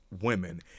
women